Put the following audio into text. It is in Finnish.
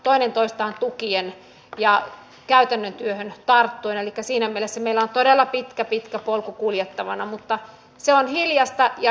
vaikka kaksi kätilöä sai hallituksen tarkistamaan ehdotustaan matkan varrella vaarana on että lakipaketti sikäli kuin se toteutuu kohdistuu naisvaltaisiin aloihin kohtuuttoman ankarasti